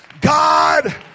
God